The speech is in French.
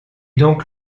donc